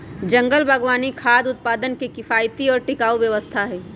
जंगल बागवानी खाद्य उत्पादन के किफायती और टिकाऊ व्यवस्था हई